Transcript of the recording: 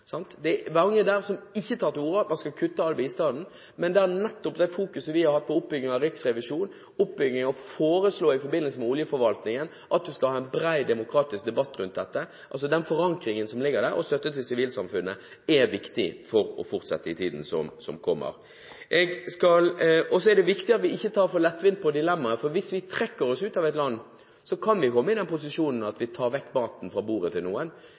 Det er mange der som ikke tar til orde for at man skal kutte all bistanden. Men det gjelder nettopp dette fokuset vi har på oppbygging av riksrevisjon og oppbygging i forbindelse med oljeforvaltningen, hvor vi foreslår at man skal ha en bred demokratisk debatt rundt dette. Altså: Den forankringen som ligger der, og støtte til sivilsamfunnet, er viktig for å fortsette bistanden i tiden som kommer. Så er det viktig at vi ikke tar for lettvint på dilemmaer. Hvis vi trekker oss ut av et land, kan vi komme i den posisjonen at vi tar maten bort fra bordet til noen,